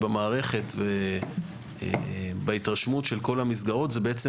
למערכת ובהתרשמות של כל המסגרות זו בעצם